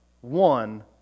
one